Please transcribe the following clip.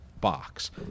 box